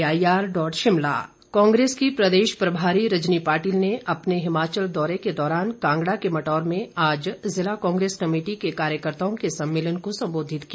कांग्रेस बैठक कांगेस की प्रदेश प्रभारी रजनी पाटिल ने अपने हिमाचल दौरे के दौरान कांगड़ा के मटौर में आज जिला कांग्रेस कमेटी के कार्यकर्ताओं के सम्मेलन को संबोधित किया